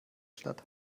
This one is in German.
statt